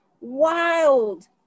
wild